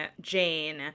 Jane